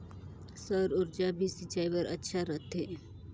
सौर ऊर्जा भी सिंचाई बर अच्छा रहथे?